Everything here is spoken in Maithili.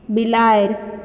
बिलाड़ि